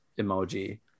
emoji